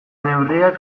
neurriak